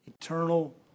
eternal